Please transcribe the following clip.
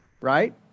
right